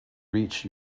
reach